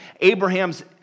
Abraham's